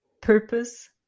purpose